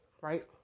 Right